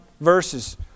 verses